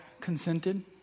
consented